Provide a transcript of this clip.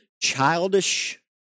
childish